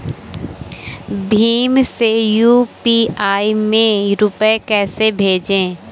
भीम से यू.पी.आई में रूपए कैसे भेजें?